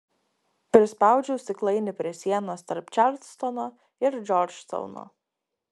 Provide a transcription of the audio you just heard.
prispaudžiau stiklainį prie sienos tarp čarlstono ir džordžtauno